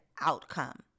outcome